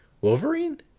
Wolverine